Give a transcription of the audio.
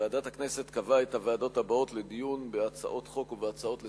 ועדת הכנסת קבעה את הוועדות הבאות לדיון בהצעת חוק ובהצעות לסדר-היום,